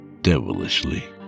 devilishly